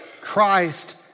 Christ